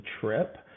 trip